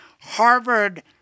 Harvard